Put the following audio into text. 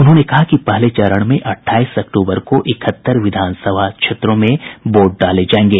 उन्होंने कहा कि पहले चरण में अट्ठाईस अक्तूबर को इकहत्तर विधानसभा निर्वाचन क्षेत्रों में वोट डाले जाएंगे